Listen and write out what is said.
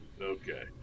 Okay